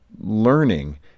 learning